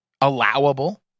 allowable